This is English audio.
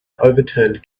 overturned